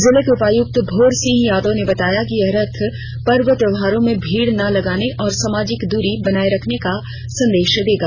जिले के उपायुक्त भोर सिंह यादव ने बताया कि यह रथ पर्व त्योहारों में भीड़ न लगाने और सामाजिक द्री बनाए रखने का संदेश देगा